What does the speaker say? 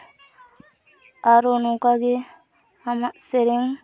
ᱟᱨᱚ ᱱᱚᱝᱠᱟ ᱜᱮ ᱟᱢᱟᱜ ᱥᱮᱨᱮᱧ